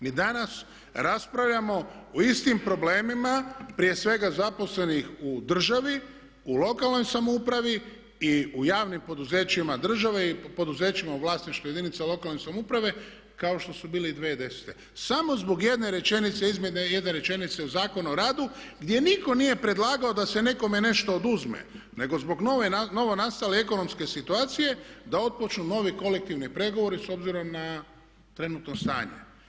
Mi danas raspravljamo o istim problemima, prije svega zaposlenih u državi, u lokalnoj samoupravi i u javnim poduzećima države i poduzećima u vlasništvu jedinica lokalne samouprave kao što su bili 2010. samo zbog jedne rečenice, jedne rečenice izmjene u Zakonu o radu gdje nitko nije predlagao da se nekome nešto oduzme nego zbog novo nastale situacije da otpočnu novi kolektivni pregovori s obzirom na trenutno stanje.